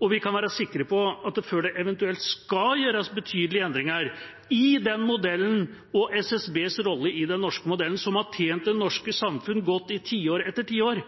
og vi kan være sikre på at hvis det eventuelt skal gjøres betydelige endringer i modellen og SSBs rolle i den norske modellen, som har tjent det norske samfunnet godt i tiår